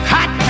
Hot